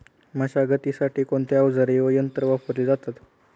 मशागतीसाठी कोणते अवजारे व यंत्र वापरले जातात?